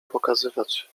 pokazywać